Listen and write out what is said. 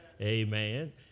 amen